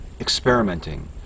experimenting